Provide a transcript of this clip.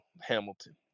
Hamilton